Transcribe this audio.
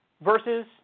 versus